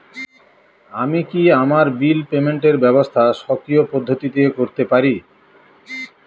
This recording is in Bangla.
আমি কি আমার বিল পেমেন্টের ব্যবস্থা স্বকীয় পদ্ধতিতে করতে পারি?